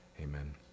amen